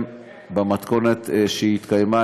במתכונת שהתקיימו,